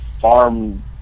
farm